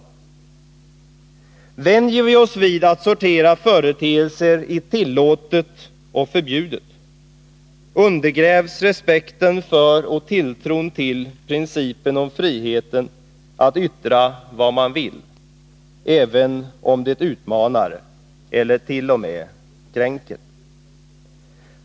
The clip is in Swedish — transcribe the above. Vänjer vi oss vid att sortera företeelser i tillåtet och förbjudet, undergrävs respekten för och tilltron till principen om friheten att yttra vad man vill, även om det utmanar eller t.o.m. kränker.